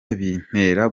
bintera